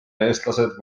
eestlased